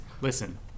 Listen